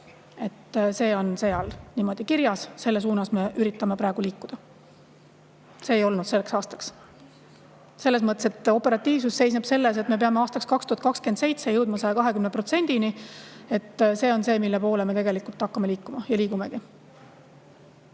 See on seal niimoodi kirjas ja selles suunas me üritame praegu liikuda. See ei olnud selleks aastaks. Operatiivsus seisneb selles, et me peame aastaks 2027 jõudma 120%-ni. See on see, mille poole me tegelikult peame hakkama liikuma ja liigumegi.